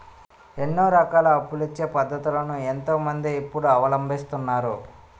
ఎన్నో రకాల అప్పులిచ్చే పద్ధతులను ఎంతో మంది ఇప్పుడు అవలంబిస్తున్నారు